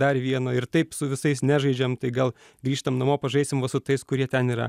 dar vieną ir taip su visais nežaidžiam tai gal grįžtam namo pažaisim va su tais kurie ten yra